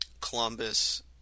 Columbus